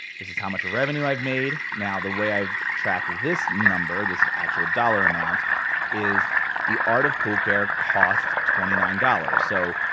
this is how much revenue i've made. now the way i've tracked this number, this actual dollar amount is the art of pool care costs twenty nine dollars. so,